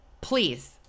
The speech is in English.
please